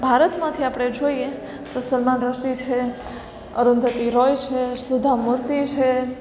ભારતમાંથી આપણે જોઈએ તો સલમાન રશ્દી છે અરુંધતી રૉય છે સુધા મૂર્તિ છે